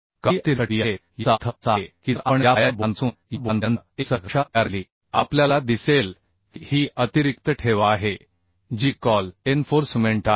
काही अतिरिक्त ठेवी आहेत याचा अर्थ असा आहे की जर आपण या पायाच्या बोटांपासून या बोटांपर्यंत एक सरळ रेषा तयार केली आपल्याला दिसेल की ही अतिरिक्त ठेव आहे जी कॉल एन्फोर्समेंट आहे